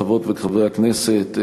חברות וחברי הכנסת,